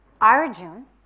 Arjun